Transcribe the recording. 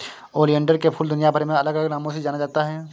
oleander के फूल दुनियाभर में अलग अलग नामों से जाना जाता है